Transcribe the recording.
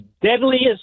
deadliest